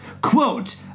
Quote